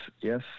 yes